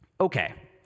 Okay